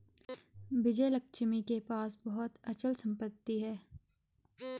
विजयलक्ष्मी के पास बहुत अचल संपत्ति है